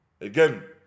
Again